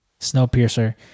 Snowpiercer